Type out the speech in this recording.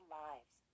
lives